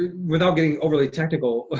without getting overly technical,